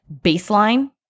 baseline